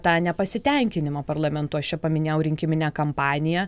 tą nepasitenkinimą parlamentu aš čia paminėjau rinkiminę kampaniją